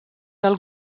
del